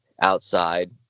outside